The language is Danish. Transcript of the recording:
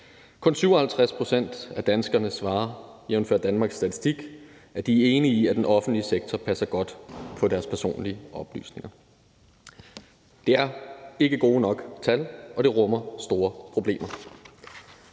Kun 57 pct. af danskerne svarer, jævnfør Danmarks Statistik, at de er enige i, at den offentlige sektor passer godt på deres personlige oplysninger. Det er ikke gode nok tal, og det rummer store problemer.